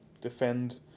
defend